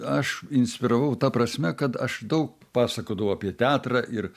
aš inspiravau ta prasme kad aš daug pasakodavau apie teatrą ir